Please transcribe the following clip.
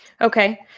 Okay